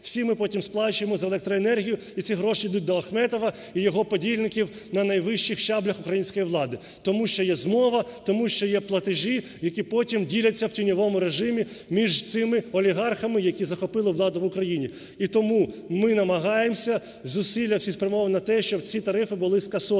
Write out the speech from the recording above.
всі ми потім сплачуємо за електроенергію і ці гроші ідуть до Ахметова і його подільників на найвищих щаблях української влади, тому що є змова, тому що є платежі, які потім діляться у тіньовому режимі між цими олігархами, які захопили владу в Україні. І тому ми намагаємося, зусилля всі спрямовуємо на те, щоб ці тарифи були скасовані.